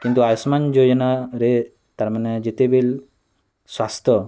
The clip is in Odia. କିନ୍ତୁ ଆୟୁଷ୍ନାନ୍ ଯୋଜନାରେ ତା'ର୍ ମାନେ ଯେତେବେଲ୍ ସ୍ୱାସ୍ଥ୍ୟ